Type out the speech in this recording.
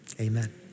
amen